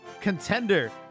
contender